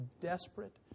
desperate